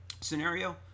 Scenario